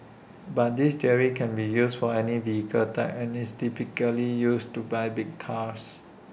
but this category can be used for any vehicle type and is typically used to buy big cars